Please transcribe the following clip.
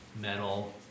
metal